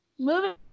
Moving